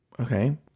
okay